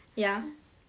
but I think it's fun leh